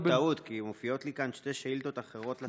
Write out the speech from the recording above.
כי מופיעות לי כאן שתי שאילתות אחרות לשר.